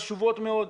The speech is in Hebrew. חשובות מאוד,